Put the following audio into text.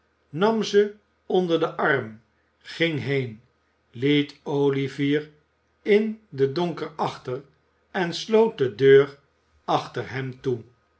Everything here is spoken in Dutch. nam ze onder den arm ging heen liet olivier in den donker achter en sloot de deur achter hem toe